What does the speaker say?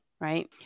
right